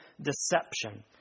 deception